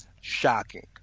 Shocking